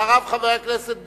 אחריו, חבר הכנסת ביבי.